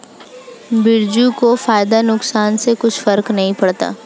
बिरजू को फायदा नुकसान से कुछ फर्क नहीं पड़ता